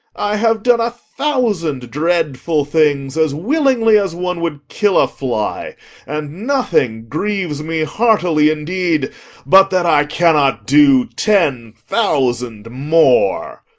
i have done a thousand dreadful things as willingly as one would kill a fly and nothing grieves me heartily indeed but that i cannot do ten thousand more.